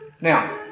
Now